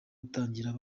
gutangirira